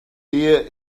here